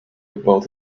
about